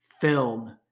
filled